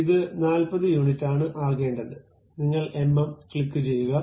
ഇത് 40 യൂണിറ്റാണ് ആകേണ്ടത് നിങ്ങൾ എംഎം ക്ലിക്ക് ചെയ്യുക